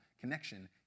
connection